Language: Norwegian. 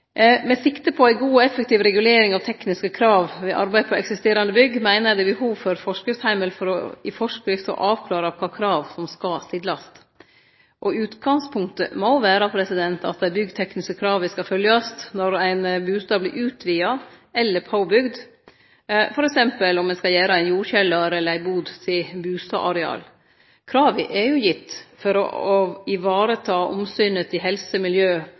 Med sikte på ei god og effektiv regulering av tekniske krav ved arbeid på eksisterande bygg meiner eg det er behov for forskriftsheimel for i forskrift å avklare kva krav som skal stillast. Utgangspunktet må vere at dei byggtekniske krava skal følgjast når ein bustad vert utvida eller påbygd, f.eks. om ein skal gjere ein jordkjellar eller ei bu til bustadareal. Krava er gitt for å vareta omsynet til